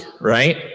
right